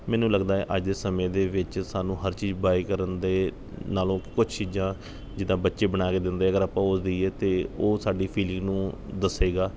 ਮੈਨੂੰ ਲੱਗਦਾ ਹੈ ਅੱਜ ਦੇ ਸਮੇਂ ਦੇ ਵਿੱਚ ਸਾਨੂੰ ਹਰ ਚੀਜ਼ ਬਾਏ ਕਰਨ ਦੇ ਨਾਲੋਂ ਕੁਛ ਚੀਜ਼ਾਂ ਜਿੱਦਾਂ ਬੱਚੇ ਬਣਾ ਕੇ ਦਿੰਦੇ ਅਗਰ ਆਪਾਂ ਉਹ ਦੇਈਏ ਤਾਂ ਉਹ ਸਾਡੀ ਫੀਲਿੰਗ ਨੂੰ ਦੱਸੇਗਾ